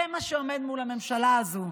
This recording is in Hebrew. זה מה שעומד מול עיני הממשלה הזו.